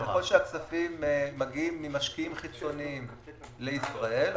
ככל שהכספים מגיעים ממשקיעים חיצוניים לישראל,